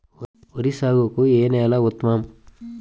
వరి సాగుకు ఏ నేల ఉత్తమం?